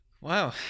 Wow